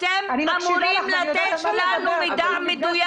אתם אמורים לתת לנו מידע מדויק.